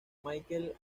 michael